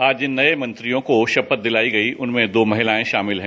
आज जिन नए मंत्रियों को शपथ दिलाई गई उनमें दो महिलाएं शामिल हैं